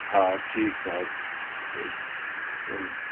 हा ठीकु आहे चङो